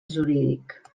jurídic